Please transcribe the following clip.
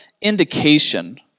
indication